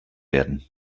werden